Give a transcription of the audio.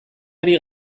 ari